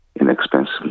inexpensively